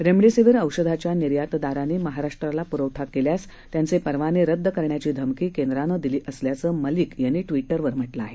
remdesivir औषधाच्या निर्यातदारांनी महाराष्ट्राला प्रवठा केल्यास त्यांचे परवाने रद्द करण्याची धमकी केंद्रानं दिली असल्याचं मलिक यांनी ट्विटखर म्हटलं आहे